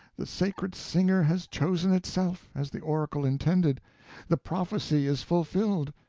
the sacred singer has chosen itself, as the oracle intended the prophecy is fulfilled,